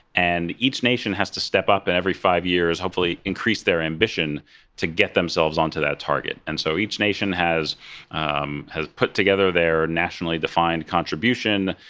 and each nation has to step up and every five years hopefully increase their ambition to get themselves onto that target. and so each nation has um has put together their nationally defined contribution.